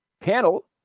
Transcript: panel